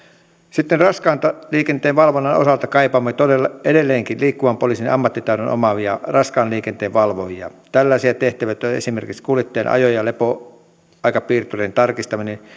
sitten raskaan liikenteen valvonnan osalta kaipaamme edelleenkin liikkuvan poliisin ammattitaidon omaavia raskaan liikenteen valvojia tällaisia tehtäviä ovat esimerkiksi kuljettajien ajo ja lepoaikapiirturien tarkastaminen